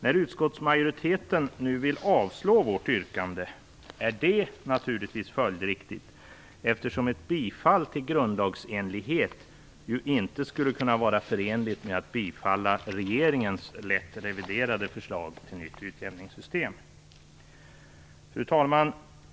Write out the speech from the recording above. När utskottsmajoriteten nu vill avslå vårt yrkande är det naturligtvis följdriktigt, eftersom ett bifall till grundlagsenlighet ju inte skulle kunna vara förenligt med att bifalla regeringens lätt reviderade förslag till nytt utjämningssystem. Fru talman!